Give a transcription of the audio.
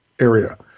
area